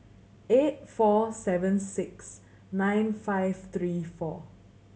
eight four seven six nine five three four